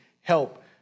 help